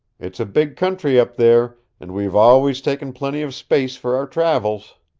it's a big country up there, and we've always taken plenty of space for our travels.